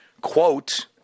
quote